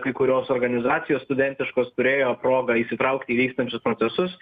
kai kurios organizacijos studentiškos turėjo progą įsitraukti į vykstančius procesus